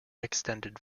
extended